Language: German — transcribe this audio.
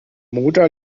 motor